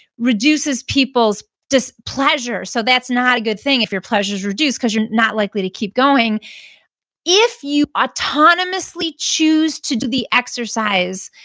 reduces people's pleasure. so that's not a good thing if your pleasure is reduced, because you're not likely to keep going if you autonomously choose to do the exercise,